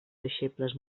deixebles